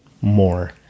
more